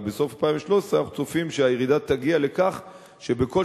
אבל בסוף 2013 אנחנו צופים שהירידה תגיע לכך שבכל